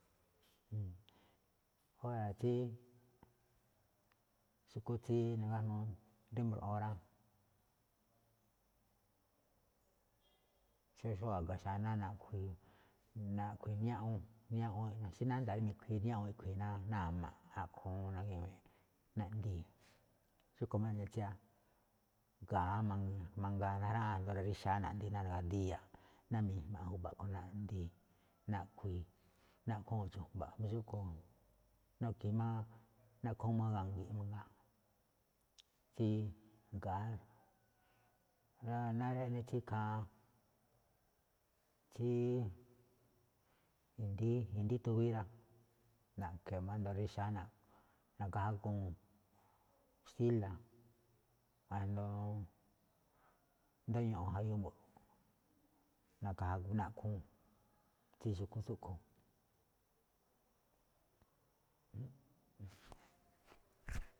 Óra̱ tsí xu̱kú tsí nagájnúú rí mbroꞌon rá, tsí xóo a̱ga xaná naꞌkhui̱i̱, niáꞌwon niáꞌwon xí nánda̱a̱ rí mi̱khui̱i̱ niáꞌwon iꞌkhui̱i̱ ná a̱ma̱ꞌ, a̱ꞌkhue̱n juun na̱ge̱we̱e̱ꞌ naꞌndii̱. Xúꞌkhue̱n máꞌ eꞌne tsí ga̱á mangaa najraꞌáa̱n asndo rixa̱á naꞌndii̱ ná na̱ga̱díí iya, ná mijma̱ ju̱ba̱ꞌ a̱ꞌkhue̱n naꞌndii̱, naꞌkhui̱i̱, naꞌkhúu̱n chu̱jmba̱ꞌ jamí xúꞌkhue̱n naꞌkhi̱i̱ máꞌ, naꞌkhúu̱n máꞌ ga̱ngi̱ꞌ mangaa tsí ga̱á. Náá rí eꞌne tsí i̱ndi̱í, i̱ndi̱í tubí rá, na̱ꞌkhe̱e̱ máꞌ asndo rixa̱á, na̱ka̱ jagu̱u̱n xtíla̱ asndo ño̱ꞌo̱n jayu mbo̱ꞌ, na̱ka̱ jagu̱u̱n naꞌkhúu̱n tsí xu̱kú tsúꞌkhue̱n.